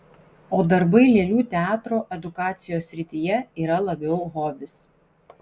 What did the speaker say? o darbai lėlių teatro edukacijos srityje yra labiau hobis